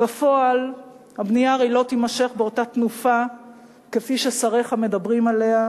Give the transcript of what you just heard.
בפועל הבנייה הרי לא תימשך באותה תנופה כפי ששריך מדברים עליה.